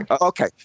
Okay